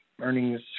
Earnings